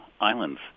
islands